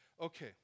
Okay